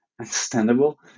understandable